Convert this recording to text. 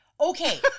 Okay